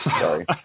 Sorry